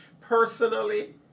Personally